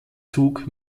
zug